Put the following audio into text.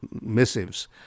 missives